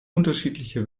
unterschiedliche